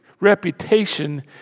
Reputation